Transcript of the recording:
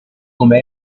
come